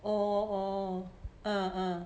orh orh uh uh